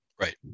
Right